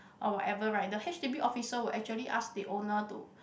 or whatever right the H_D_B officer will actually ask the owner to